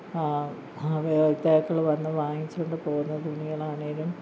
ഉപയോക്താക്കൾ വന്ന് വാങ്ങിച്ചു കൊണ്ട് പോകുന്ന തുണികൾ ആണെങ്കിലും